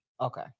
Okay